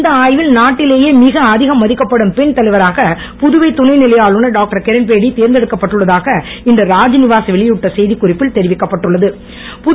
இந்த ஆய்வில் நாட்டிலேயே மிக அதிகம் மதிக்கப்படும் பெண் தலைவராக புதுவை துணைநிலை ஆளுனர் டாக்டர்கிரண்பேடி தேர்ந்தெடுக்கப் பட்டுள்ளதாக இன்று ராத்நிவாஸ் வெளியிட்டுள்ள செய்திக்குறிப்பில் தெரிவிக்கப்பட்டுள்ள து